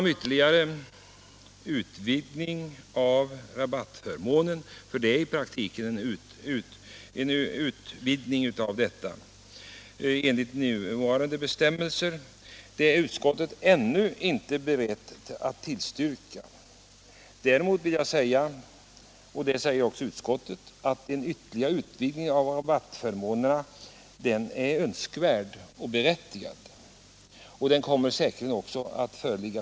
En ytterligare utvidgning av rabattförmånen — för det är i praktiken en utvidgning — enligt nuvarande bestämmelser är utskottet ännu inte berett att tillstyrka. Däremot anser utskottet att en ytterligare utvidgning av rabattförmånen är önskvärd och berättigad så snart utredningen i frågan är färdig.